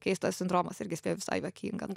keistas sindromas irgi spėju visai vakinga